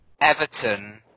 Everton